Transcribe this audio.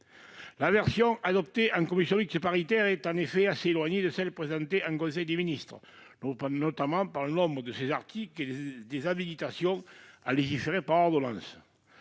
la rédaction adoptée en commission mixte paritaire est assez éloignée de celle présentée en conseil des ministres, notamment par le nombre de ses articles et celui des habilitations à légiférer par ordonnance.